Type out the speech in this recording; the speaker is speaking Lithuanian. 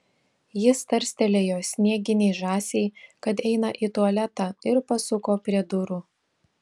jis tarstelėjo snieginei žąsiai kad eina į tualetą ir pasuko prie durų